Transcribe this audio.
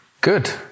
Good